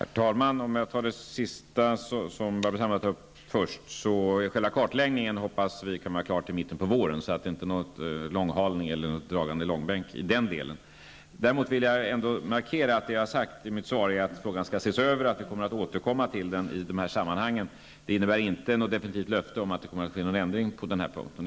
Herr talman! För att ta det sista först vill jag säga att vi hoppas kunna klara själva kartläggningen till mitten av våren. Det är inte fråga om någon långhalning eller dragande i långbänk i den delen. Däremot vill jag ändå markera, som jag har sagt i mitt svar, att frågan skall ses över och att vi kommer att återkomma till den. Det innebär inget definitivt löfte om någon ändring på denna punkt.